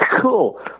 Cool